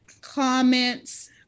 comments